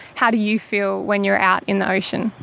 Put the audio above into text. how do you feel when you are out in the ocean?